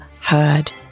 heard